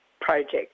Project